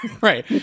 right